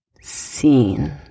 seen